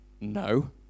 No